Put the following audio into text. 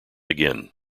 again